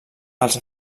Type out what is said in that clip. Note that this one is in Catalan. els